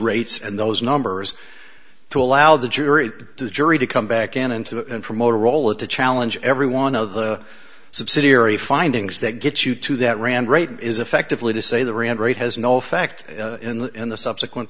rates and those numbers to allow the jury to the jury to come back into it and for motorola to challenge every one of the subsidiary findings that gets you to that rand rating is effectively to say the recent rate has no effect in the subsequent